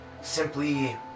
simply